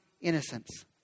innocence